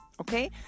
Okay